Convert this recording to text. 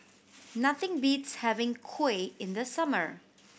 nothing beats having Kuih in the summer